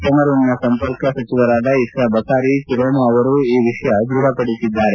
ಕೆಮರೂನ್ನ ಸಂಪರ್ಕ ಸಚಿವರಾದ Issa Bakary Tchiroma ಅವರು ಈ ವಿಷಯ ದೃಢಪಡಿಸಿದ್ದಾರೆ